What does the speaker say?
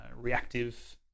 reactive